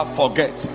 forget